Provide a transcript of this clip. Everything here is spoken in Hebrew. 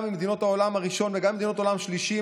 גם במדינות העולם הראשון וגם במדינות העולם השלישי,